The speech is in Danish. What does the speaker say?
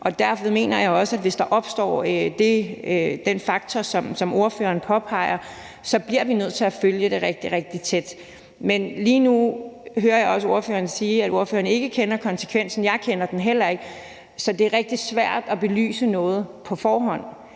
Derfor mener jeg også, at hvis der opstår den faktor, som ordføreren påpeger, bliver vi nødt til at følge det rigtig, rigtig tæt. Men lige nu hører jeg også ordføreren sige, at ordføreren ikke kender konsekvensen. Jeg kender den heller ikke, så det er rigtig svært at belyse noget på forhånd.